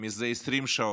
זה 20 שעות.